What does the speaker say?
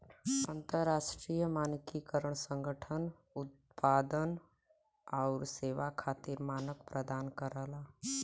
अंतरराष्ट्रीय मानकीकरण संगठन उत्पाद आउर सेवा खातिर मानक प्रदान करला